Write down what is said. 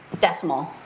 decimal